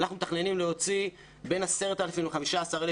אנחנו מתכננים להוציא בין 10,000 ל-15,000